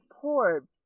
poor